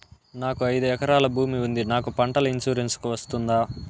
నాకు ఐదు ఎకరాల భూమి ఉంది నాకు పంటల ఇన్సూరెన్సుకు వస్తుందా?